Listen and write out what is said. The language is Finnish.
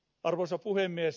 arvoisa puhemies